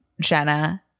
Jenna